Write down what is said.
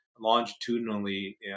Longitudinally